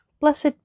Blessed